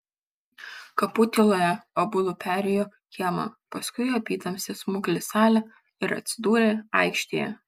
kapų tyloje abudu perėjo kiemą paskui apytamsę smuklės salę ir atsidūrė aikštėje